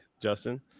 Justin